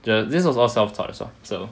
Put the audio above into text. the this was all self taught as well so